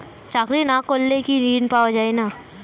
চাকরি না করলে কি ঋণ পাওয়া যায় না?